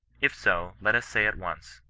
if so, let us say at once,